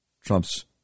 Trump's